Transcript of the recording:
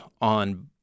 on